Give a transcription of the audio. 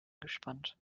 gespannt